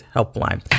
Helpline